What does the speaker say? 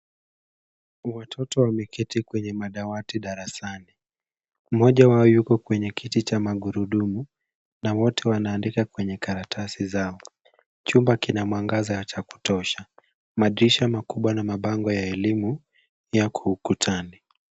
Watoto wameketi kwenye madawati darasani. Mmoja wao yuko kwenye kiti cha magurudumu na wote wanaandika kwenye karatasi zao. Chumba kina mwangaza cha kutosha. Madirisha makubwa na mabango ya elimu yako ukutani.